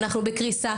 ואנחנו בקריסה.